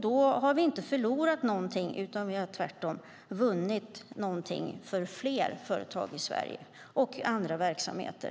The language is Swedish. Då har vi inte förlorat något, utan tvärtom har vi vunnit något för fler företag i Sverige och andra verksamheter.